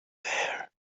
there